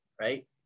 right